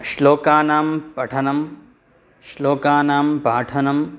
श्लोकानां पठनं श्लोकानां पाठनं